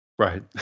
Right